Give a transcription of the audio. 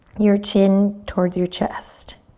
your chin towards your chest.